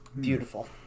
beautiful